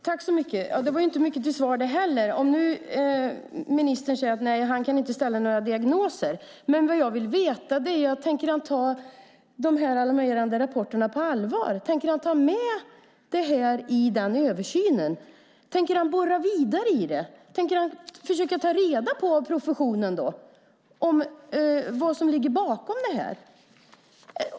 Fru talman! Det var inte mycket till svar, det här heller. Ministern säger att han inte kan ställa några diagnoser. Men vad jag vill veta är om han tänker ta de alarmerande rapporterna på allvar. Tänker han ta med detta i översynen? Tänker han borra vidare i det? Tänker ha försöka ta reda på av professionen vad som ligger bakom detta?